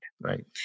Right